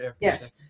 Yes